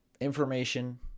Information